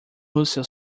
russell